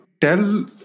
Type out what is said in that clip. tell